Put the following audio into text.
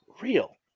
real